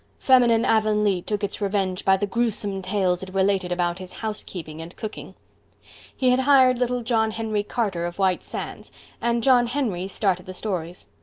feminine avonlea took its revenge by the gruesome tales it related about his house-keeping and cooking he had hired little john henry carter of white sands and john henry started the stories.